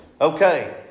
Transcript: Okay